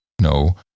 No